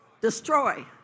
Destroy